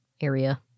area